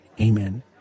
Amen